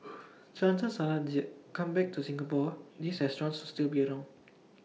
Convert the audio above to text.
chances are they come back to Singapore these restaurants still be around